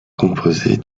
composée